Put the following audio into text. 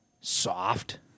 soft